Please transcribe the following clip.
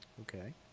Okay